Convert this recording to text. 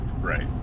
Right